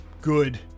good